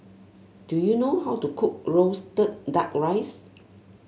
do you know how to cook roasted duck rice